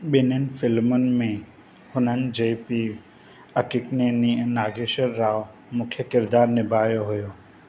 बि॒निनि फ़िल्मुनि में हुननि जे पीउ अक्किनेनी नागेश्वर राव मुख्य किरदार निभायो हुयो